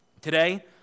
today